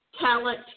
talent